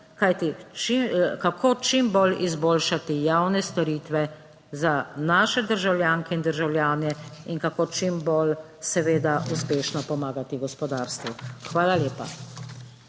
kako čim bolj izboljšati javne storitve za naše državljanke in državljane in kako čim bolj, seveda uspešno pomagati gospodarstvu. Hvala lepa.